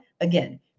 Again